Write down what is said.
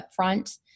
upfront